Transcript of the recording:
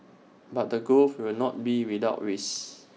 but the growth will not be without risk